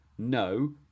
No